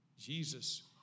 Jesus